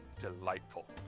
delightful.